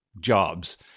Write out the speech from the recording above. jobs